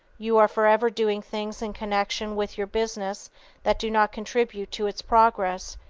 you are forever doing things in connection with your business that do not contribute to its progress,